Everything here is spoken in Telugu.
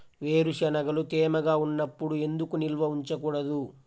వేరుశనగలు తేమగా ఉన్నప్పుడు ఎందుకు నిల్వ ఉంచకూడదు?